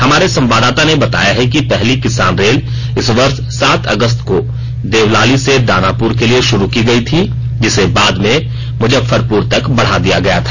हमारे संवाददाता ने बताया है कि पहली किसान रेल इस वर्ष सात अगस्त को देवलाली से दानापुर के लिए शुरू की गई थी जिसे बाद में मुजफ्फरपुर तक बढा दिया गया था